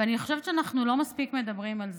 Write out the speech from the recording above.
ואני חושבת שאנחנו לא מספיק מדברים על זה.